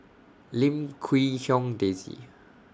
Lim Quee Hong Daisy